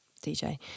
dj